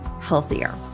healthier